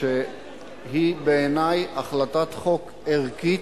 שהיא בעיני החלטת חוק ערכית,